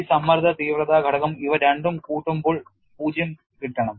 ഈ സമ്മർദ്ദ തീവ്രത ഘടകം ഇവ രണ്ടും കൂട്ടുമ്പോൾ 0 കിട്ടണം